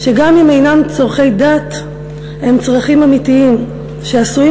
לא בבניית בתי-מדרש ולא בלימוד.